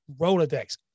Rolodex